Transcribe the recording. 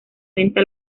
venta